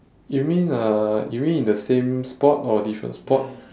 you mean uh you mean in the same spot or different spot